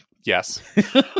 Yes